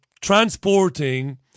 transporting